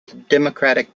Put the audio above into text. democratic